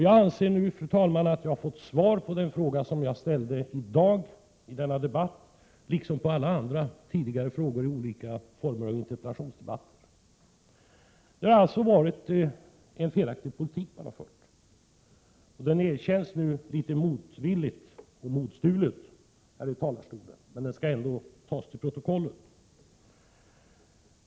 Jag anser nu, fru talman, att jag har fått svar på den fråga som jag ställde i dag i denna debatt, liksom på alla andra tidigare frågor i olika interpellationsdebatter. Det har alltså varit en felaktig politik som man har fört. Detta erkänns nu litet motvilligt och modstulet här från talarstolen — men det skall ändå tas till protokollet.